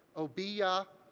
obeah,